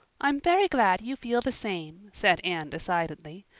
i'm very glad you feel the same, said anne decidedly.